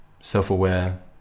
self-aware